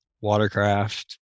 watercraft